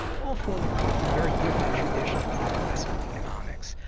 all of whom come from a very different tradition of neoclassical economics.